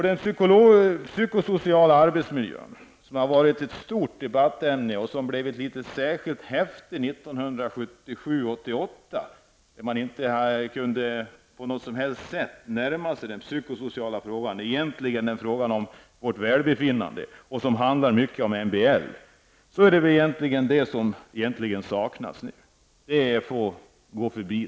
Den psykosociala arbetsmiljön som var ett stort debattämne tidigare och som behandlades i ett särskilt litet häfte, där man inte på något sätt kunde närma sig den psykosociala frågan, handlar egentligen om vårt välbefinnande och om MBL. Det är vad som nu saknas. Det går man totalt förbi.